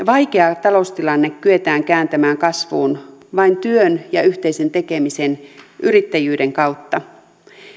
vaikea taloustilanne kyetään kääntämään kasvuun vain työn ja yhteisen tekemisen ja yrittäjyyden kautta